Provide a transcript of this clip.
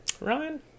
ryan